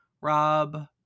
rob